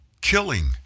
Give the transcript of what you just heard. killing